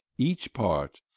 each part,